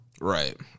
Right